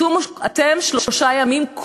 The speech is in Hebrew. צומו אתם שלושה ימים,